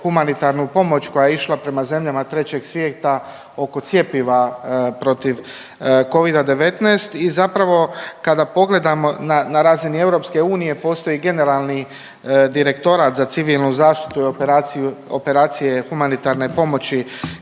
humanitarnu pomoć koja je išla prema zemljama trećeg svijeta oko cjepiva protiv Covida 19 i zapravo kada pogledamo na razini Europske unije postoji generalni direktorat za civilnu zaštitu i operacije humanitarne pomoći